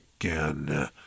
again